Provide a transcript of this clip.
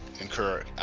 Incur